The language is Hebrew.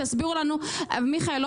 תסבירו לנו אבל מיכאל,